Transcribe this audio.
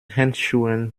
handschuhen